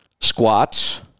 squats